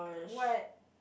what